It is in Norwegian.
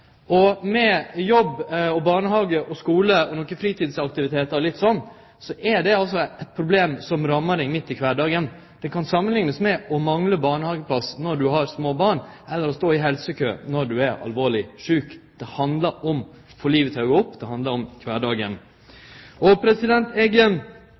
togforseinking. Med jobb, barnehage, skule, nokre fritidsaktivitetar og litt sånn er det eit problem som rammar deg midt i kvardagen. Det kan samanliknast med å mangle barnehageplass når du har små barn, eller å stå i helsekø når du er alvorleg sjuk. Det handlar om å få livet til å gå opp. Det handlar om kvardagen. Eg